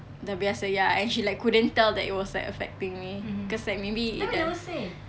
dah biasa ya and she like couldn't tell that it was like affecting me cause like maybe it does